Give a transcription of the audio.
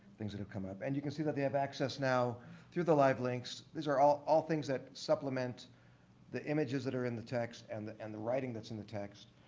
things that have come up. and you can see that they have access now through the live links. these are all all things that supplement the images that are in the text and the and the writing that's in the text.